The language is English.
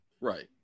right